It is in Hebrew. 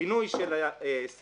פינוי של השדה,